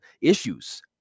issues